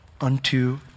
unto